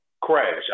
crash